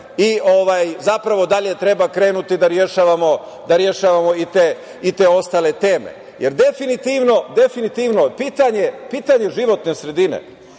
i zapravo dalje treba krenuti da rešavamo i te ostale teme. Definitivno, pitanje životne sredine